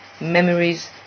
memories